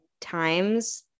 times